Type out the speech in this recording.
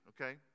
okay